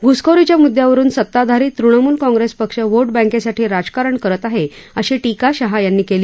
घुसखोरीच्या मुद्यावरुन सत्ताधारी तृणमूल काँग्रेस पक्ष व्होट बँकेसाठी राजकारण करत आहे अशी टीका शहा यांनी केली